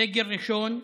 סגר ראשון,